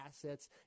assets